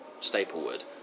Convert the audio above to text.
Staplewood